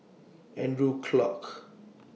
Andrew Clarke